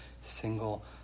single